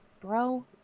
bro